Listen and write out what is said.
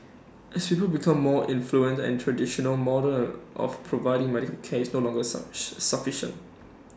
as people become more affluent the traditional model of providing medical care is no longer sufficient sufficiention